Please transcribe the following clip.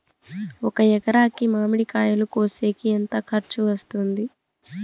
ఒక ఎకరాకి మామిడి కాయలు కోసేకి ఎంత ఖర్చు వస్తుంది?